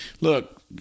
Look